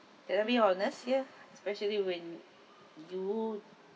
and let me honest here especially when you